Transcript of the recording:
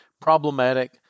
problematic